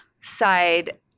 side